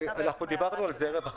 בבקשה.